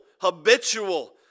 habitual